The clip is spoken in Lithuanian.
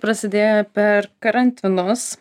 prasidėjo per karantinus